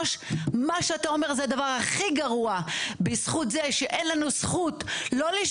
מכירה את משפחות השוטרים ואני רואה כמה גירושים יש מול השוטרים